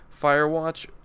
Firewatch